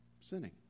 sinning